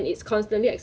so 好吃吗